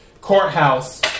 Courthouse